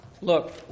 Look